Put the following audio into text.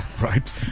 Right